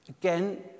Again